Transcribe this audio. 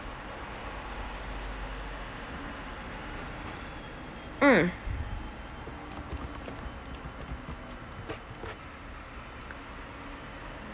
mm